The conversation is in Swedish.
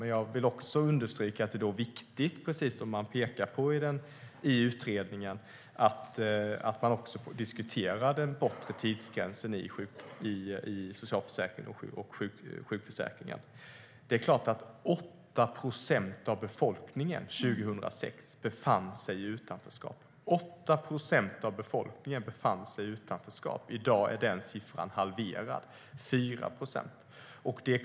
Men jag vill också understryka att det då är viktigt, precis som man pekar på i utredningen, att också diskutera den bortre tidsgränsen i socialförsäkringen och sjukförsäkringen. År 2006 befann sig 8 procent av befolkningen i utanförskap - 8 procent av befolkningen. I dag är den siffran halverad, till 4 procent.